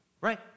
right